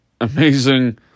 amazing